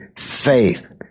faith